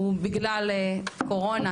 בגלל קורונה,